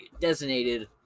designated